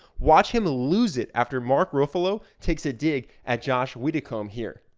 watch him lose it after mark ruffalo takes a dig at josh widdicombe here.